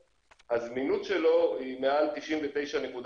הזמינות שלו היא מעל 99.8%,